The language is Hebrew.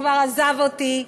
שכבר עזב אותי,